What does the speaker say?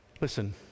Listen